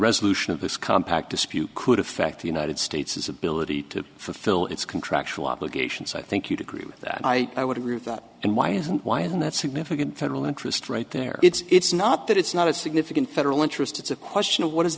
resolution of this compact dispute could affect the united states is ability to fulfill its contractual obligations i think you'd agree with that i i would agree with that and why isn't why isn't that significant federal interest rate there it's not that it's not a significant federal interest it's a question of what is